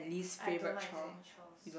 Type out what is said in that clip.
I don't like doing chores